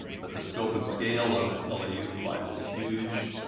but the scope and scale of la unified is huge.